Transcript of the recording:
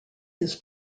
his